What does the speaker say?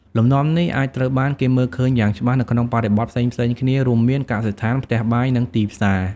លំនាំនេះអាចត្រូវបានគេមើលឃើញយ៉ាងច្បាស់នៅក្នុងបរិបទផ្សេងៗគ្នារួមមាន កសិដ្ឋាន ផ្ទះបាយ និងទីផ្សារ។